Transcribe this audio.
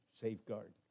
safeguard